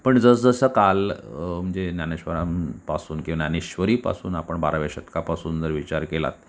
पण जसजसा काळ म्हणजे ज्ञानेश्वरांपासून किंवा ज्ञानेश्वरीपासून आपण बाराव्या शतकापासून जर विचार केलात